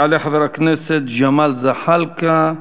יעלה חבר הכנסת ג'מאל זחאלקה,